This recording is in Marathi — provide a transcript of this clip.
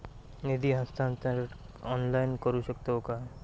निधी हस्तांतरण ऑनलाइन करू शकतव काय?